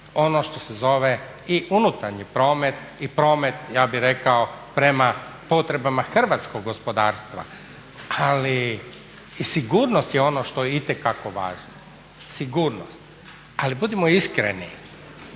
ono što se zove i unutarnji promet i promet ja bih rekao prema potrebama hrvatskog gospodarstva. Ali i sigurnost je ono što je itekako važno. Sigurnost. Ali budimo iskreni,